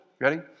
Ready